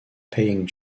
paying